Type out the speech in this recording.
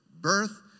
birth